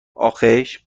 آخیش